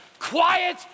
Quiet